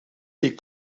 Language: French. les